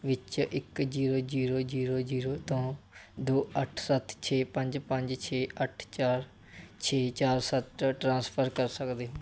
ਵਿੱਚ ਇੱਕ zero zero zero zero ਤੋਂ ਦੋ ਅੱਠ ਸੱਤ ਛੇ ਪੰਜ ਪੰਜ ਛੇ ਅੱਠ ਚਾਰ ਛੇ ਚਾਰ ਸੱਤ ਟ੍ਰਾਂਸਫਰ ਕਰ ਸਕਦੇ ਹੋ